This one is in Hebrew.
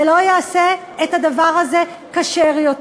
זה לא יעשה את הדבר הזה כשר יותר,